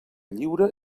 lliure